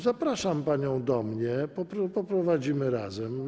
Zapraszam panią do mnie, poprowadzimy razem.